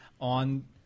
on